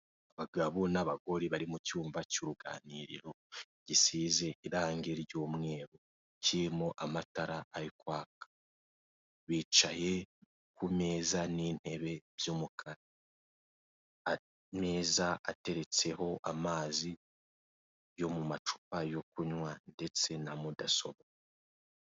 Abagabo n'abagore bari mu cyumba cy'uruganiriro gisize irange ry'umweru kirimo amatara ari kwaka, bicaye ku meza n'intebe by'umukara. Ayo meza ateretseho amazi yo mu macupa yo kunywa ndetse na mudasobwa.